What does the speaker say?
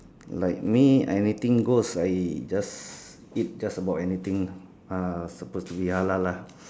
like me anything goes I just eat just about anything ah suppose to be halal lah